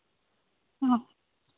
ᱚ